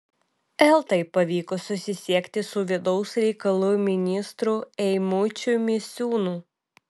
eltai pavyko susisiekti su vidaus reikalų ministru eimučiu misiūnu